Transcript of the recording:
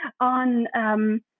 on